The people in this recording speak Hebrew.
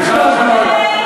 לפני שנתיים, מיכל.